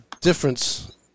difference